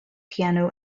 piano